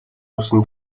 явсан